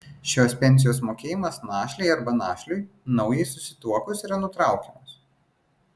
šios pensijos mokėjimas našlei arba našliui naujai susituokus yra nutraukiamas